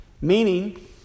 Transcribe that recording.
meaning